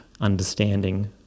understanding